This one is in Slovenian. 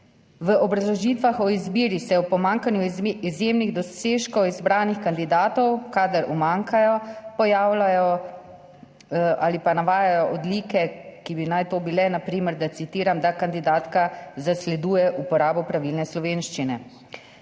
V obrazložitvah o izbiri se ob pomanjkanju izjemnih dosežkov izbranih kandidatov, kadar umanjkajo, navajajo odlike, ki bi naj to bile, na primer, da, citiram, »kandidatka zasleduje uporabo pravilne slovenščine«.